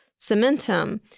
cementum